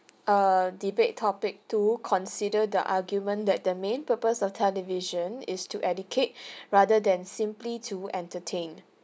err debate topic two consider the argument that the main purpose of television is to educate rather than simply to entertain